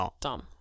dumb